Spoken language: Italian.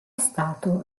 stato